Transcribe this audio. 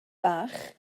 bach